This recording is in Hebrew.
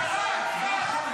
תעלה לסכם.